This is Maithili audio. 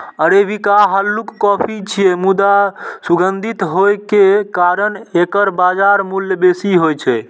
अरेबिका हल्लुक कॉफी छियै, मुदा सुगंधित होइ के कारण एकर बाजार मूल्य बेसी होइ छै